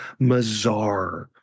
Mazar